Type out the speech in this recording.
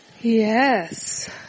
Yes